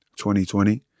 2020